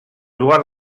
lugar